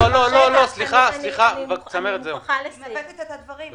היא מעוותת את הדברים.